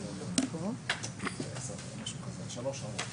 עזרה ראשונה אבל זו הדרגה